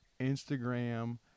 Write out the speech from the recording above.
instagram